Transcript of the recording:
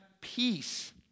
peace